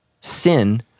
sin